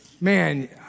man